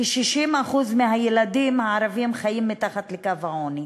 כ-60% מהילדים הערבים חיים מתחת לקו העוני,